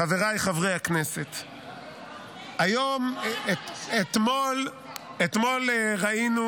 חבריי חברי הכנסת, אתמול ראינו